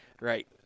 right